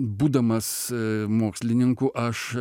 būdamas mokslininku aš